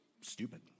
stupid